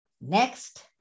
Next